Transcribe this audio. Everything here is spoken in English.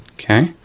okay,